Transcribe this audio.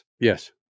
Yes